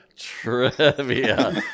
Trivia